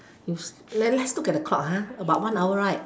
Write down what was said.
you s~ let let's look at the clock ah about one hour right